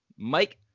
Mike